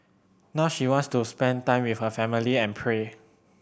now she wants to spend time with her family and pray